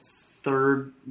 third